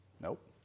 Nope